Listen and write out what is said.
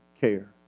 care